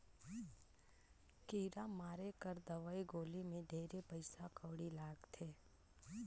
कीरा मारे कर दवई गोली मे ढेरे पइसा कउड़ी लगथे